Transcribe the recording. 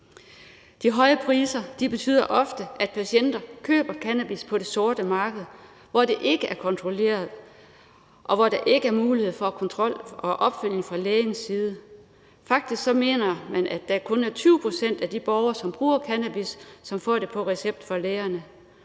De høje priser betyder ofte, at patienter køber cannabis på det sorte marked, hvor det ikke er kontrolleret, og hvor der ikke er mulighed for kontrol og opfølgning fra lægens side. Faktisk mener man, at der kun er 20 pct. af de borgere, som bruger cannabis, som får det på recept fra lægerne.